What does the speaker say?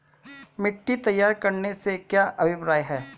मिट्टी तैयार करने से क्या अभिप्राय है?